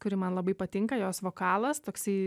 kuri man labai patinka jos vokalas toksai